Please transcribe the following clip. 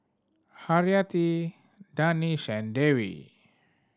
Haryati Danish and Dewi